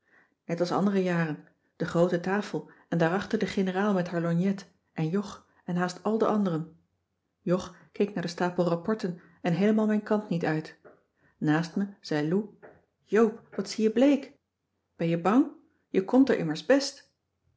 net als andere jaren de groote tafel en daar achter de generaal met haar lorgnet en jog en haast al de anderen jog keek naar den stapel rapporten en heelemaal mijn kant niet uit naast me zei lou joop wat zie je bleek ben je bang je komt er immers best